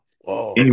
whoa